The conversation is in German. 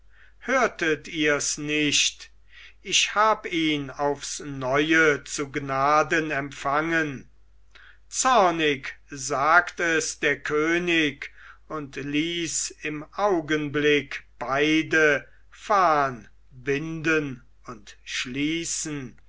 hörtet ihrs nicht ich hab ihn aufs neue zu gnaden empfangen zornig sagt es der könig und ließ im augenblick beide fahen binden und schließen